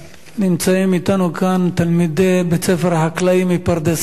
נמצאים אתנו כאן תלמידי בית הספר החקלאי מפרדס-חנה,